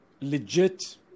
legit